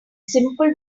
simple